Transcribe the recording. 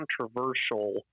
controversial